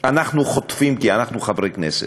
אנחנו חוטפים כי אנחנו חברי כנסת.